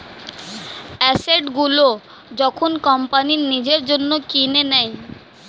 asset গুলো যখন company নিজের জন্য কিনে নেয়